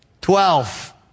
Twelve